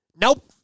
nope